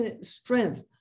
strength